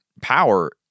power